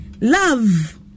Love